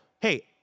hey